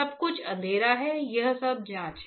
सब कुछ अँधेरा है ये सब जांच है